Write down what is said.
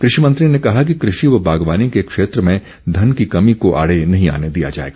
कृषि मंत्री ने कहा कि कृषि व बागवानी के क्षेत्र में धन की कमी को आड़े नहीं आने दिया जाएगा